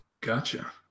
Gotcha